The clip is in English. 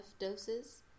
doses